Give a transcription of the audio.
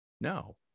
no